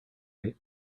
right